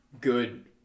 good